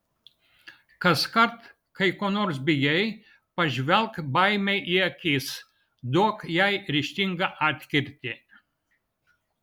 kaskart kai ko nors bijai pažvelk baimei į akis duok jai ryžtingą atkirtį